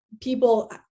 people